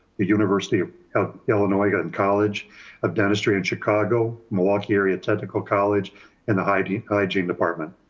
the university of illinois got in college of dentistry in chicago, milwaukee area technical college in the heidi hygiene department.